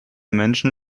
menschen